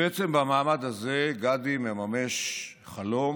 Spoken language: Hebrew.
בעצם במעמד הזה גדי מממש חלום,